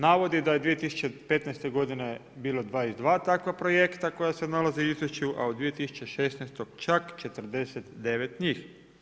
Navodi da je 2015. godine bilo 22 takva projekta koja se nalaze u izvješću a u 2016. čak 49 njih.